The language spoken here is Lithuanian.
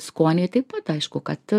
skoniai taip pat aišku kad